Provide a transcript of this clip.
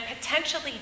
potentially